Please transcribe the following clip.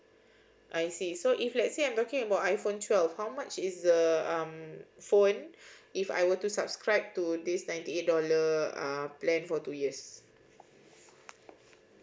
I see so if let's say I'm talking about iPhone twelve how much is the mm phone if I were to subscribe to this ninety eight dollar uh plan for two years